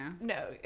No